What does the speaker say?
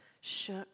shook